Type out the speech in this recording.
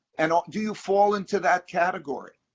and do you fall into that category?